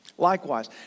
Likewise